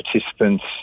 participants